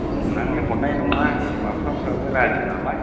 हमनानै हरनाय नङा बिमा फिफाफ्राबो राजि नालाय